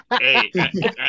hey